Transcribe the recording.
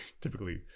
typically